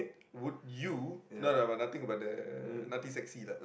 would you no no nothing about the nothing sexy lah